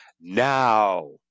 Now